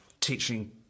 teaching